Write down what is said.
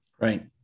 Right